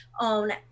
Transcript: on